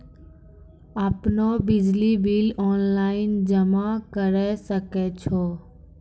आपनौ बिजली bill online जमा करै सकै छौ?